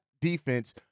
defense